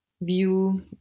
view